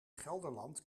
gelderland